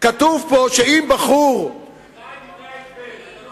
כתוב פה, שאם בחור, תקרא את דברי ההסבר.